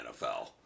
NFL